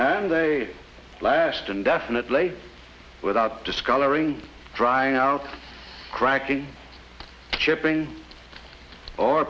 and they last indefinitely without discoloring drying out cracking chipping or